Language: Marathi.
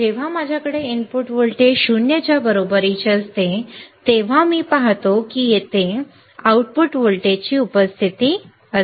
जेव्हा माझ्याकडे इनपुट व्होल्टेज 0 च्या बरोबरीचे असते तेव्हा मी पाहतो की तेथे आउटपुट व्होल्टेजची उपस्थिती असते